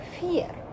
fear